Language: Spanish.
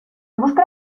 busca